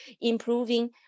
improving